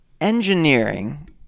engineering